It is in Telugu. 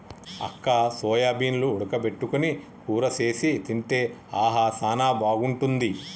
అక్క సోయాబీన్లు ఉడక పెట్టుకొని కూర సేసి తింటే ఆహా సానా బాగుంటుంది